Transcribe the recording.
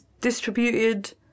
distributed